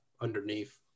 underneath